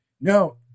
No